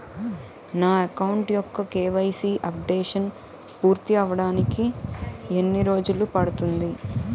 నా అకౌంట్ యెక్క KYC updation పూర్తి అవ్వడానికి ఎన్ని రోజులు పడుతుంది?